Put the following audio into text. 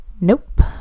nope